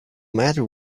matter